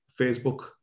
Facebook